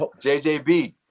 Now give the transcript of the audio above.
JJB